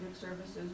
services